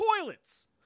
toilets